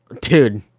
dude